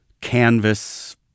canvas